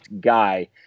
guy